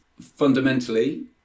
fundamentally